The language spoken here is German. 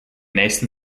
nächsten